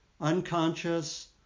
unconscious